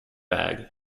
bag